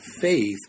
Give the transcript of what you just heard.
Faith